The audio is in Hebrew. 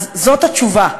אז זאת התשובה.